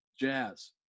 jazz